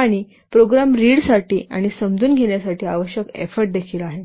आणि प्रोग्राम रीडसाठी आणि समजून घेण्यासाठी आवश्यक एफोर्ट देखील आहेत